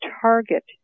target